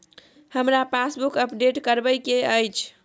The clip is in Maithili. हमरा पासबुक अपडेट करैबे के अएछ?